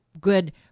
good